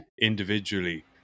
individually